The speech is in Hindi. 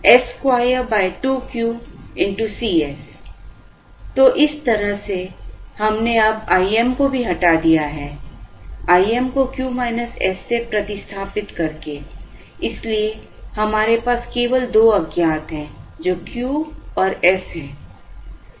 तो इस तरह से हमने अब I m को भी हटा दिया है I m को Q s से प्रतिस्थापित करकेI इसलिए हमारे पास केवल दो अज्ञात हैं जो Q और s हैं